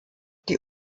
die